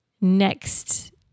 next